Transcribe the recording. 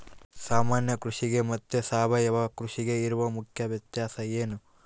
ಸಾಮಾನ್ಯ ಕೃಷಿಗೆ ಮತ್ತೆ ಸಾವಯವ ಕೃಷಿಗೆ ಇರುವ ಮುಖ್ಯ ವ್ಯತ್ಯಾಸ ಏನು?